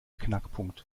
knackpunkt